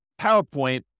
PowerPoint